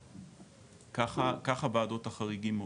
ככה וועדות החריגים עובדות.